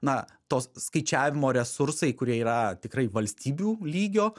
na tos skaičiavimo resursai kurie yra tikrai valstybių lygio